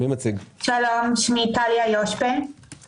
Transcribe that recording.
מיליון שקלים כאשר חלק מהכסף הולך